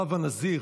הרב הנזיר,